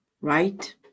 Right